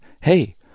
hey-